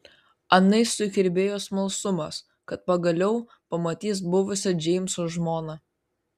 anai sukirbėjo smalsumas kad pagaliau pamatys buvusią džeimso žmoną